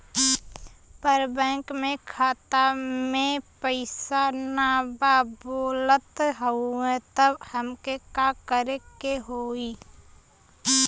पर बैंक मे खाता मे पयीसा ना बा बोलत हउँव तब हमके का करे के होहीं?